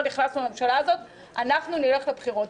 נכנסנו לממשלה הזאת אנחנו נלך לבחירות.